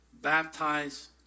baptize